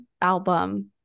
album